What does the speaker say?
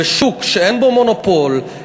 בשוק שאין בו מונופול,